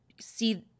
see